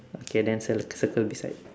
okay then cir~ circle beside